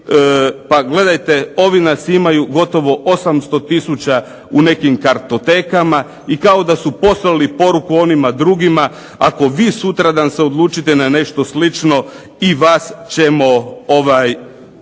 pa gledajte ovi nas imaju gotovo 800 tisuća u nekim kartotekama i kao da su poslali poruku onima drugima ako vi sutradan se odlučite na nešto slično i vas ćemo imati.